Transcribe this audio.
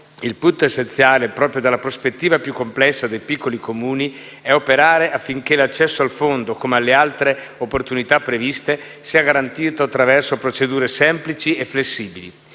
il punto essenziale, proprio dalla prospettiva più complessa dei piccoli Comuni, è operare affinché l'accesso al fondo, come alle altre opportunità previste, sia garantito attraverso procedure semplici e flessibili.